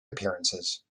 appearances